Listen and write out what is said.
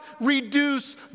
reduce